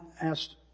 asked